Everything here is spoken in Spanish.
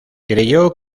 creyó